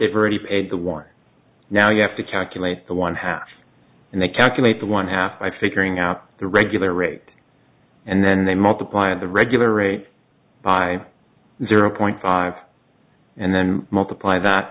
they've already paid the war now you have to calculate the one half and they calculate the one half life figuring out the regular rate and then they multiply the regular rate by zero point five and then multiply that